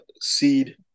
seed